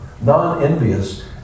non-envious